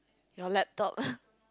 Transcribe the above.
your laptop